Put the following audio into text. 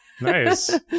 Nice